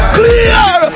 clear